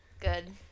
Good